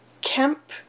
Kemp